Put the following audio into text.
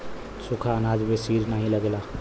सुखा अनाज में सीड नाही लगेला